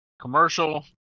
commercial